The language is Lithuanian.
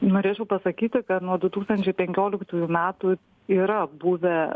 norėčiau pasakyti kad nuo du tūkstančiai penkioliktųjų metų yra buvę